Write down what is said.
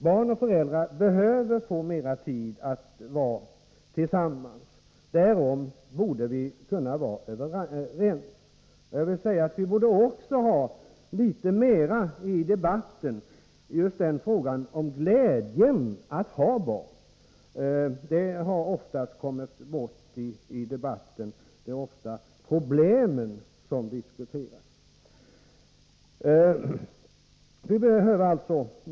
Barn och föräldrar behöver få mer tid att vara tillsammans. Därom borde vi kunna vara överens. Jag vill också säga att vi borde ha med litet mer i debatten om glädjen att ha barn. Det har oftast kommit bort i debatten. Det är mest problemen som diskuteras.